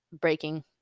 breaking